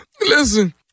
Listen